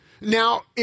now